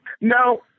No